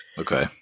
Okay